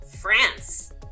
France